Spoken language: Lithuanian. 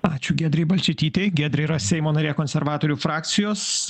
ačiū giedrei balčytytei giedrė yra seimo narė konservatorių frakcijos